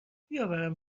بیاورم